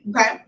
okay